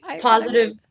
positive